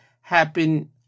happen